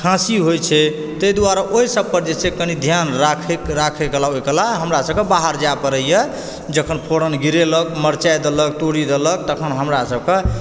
खाँसी होइ छै तइ दुआरे ओइ सबपर जे छै कनि ध्यान राखै राखै काल हमरा सबकऽ बाहर जाय पड़ैए जखन फोरन गिरेलक मरचाइ देलक तूरी देलक तखन हमरा सबकऽ